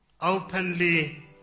openly